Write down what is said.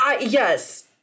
yes